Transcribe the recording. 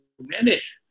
manage